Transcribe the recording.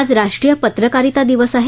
आज राष्ट्रीय पत्रकारिता दिवस आहे